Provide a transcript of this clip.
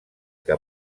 que